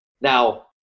Now